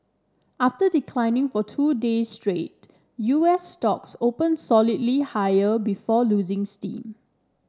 after declining for two day straight U S stocks opened solidly higher before losing steam